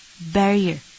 Barrier